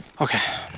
Okay